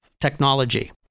technology